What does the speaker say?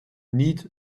need